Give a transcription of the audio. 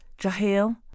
Jahiel